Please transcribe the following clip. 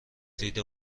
دید